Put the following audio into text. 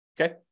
Okay